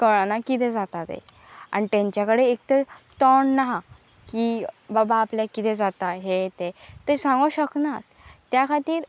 कळना किदें जाता तें आनी तेंच्या कडेन एक तर तोंड ना की बाबा आपल्याक कितें जाता हें तें तें सांगूंक शकनात त्या खातीर